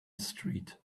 street